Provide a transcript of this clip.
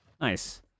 Nice